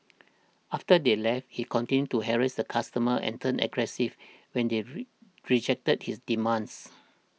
after they left he continued to harass the customers and turned aggressive when they re rejected his demands